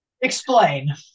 Explain